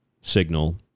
signal